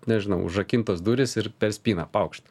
nežinau užrakintos durys ir per spyną paukšt